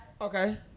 Okay